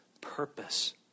purpose